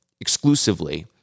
exclusively